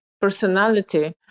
personality